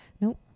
Nope